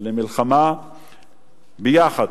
למלחמה ביחד,